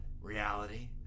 Reality